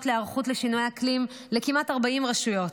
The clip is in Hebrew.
להיערכות לשינויי אקלים לכמעט 40 רשויות.